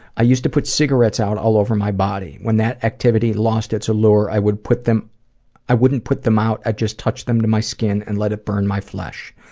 i used to put cigarettes out all over my body. when that activity lost its allure, i would put them i wouldn't put them out, i'd just touch them to my skin and let it burn my flesh.